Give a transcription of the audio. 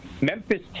Memphis